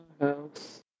house